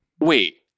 wait